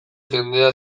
jendea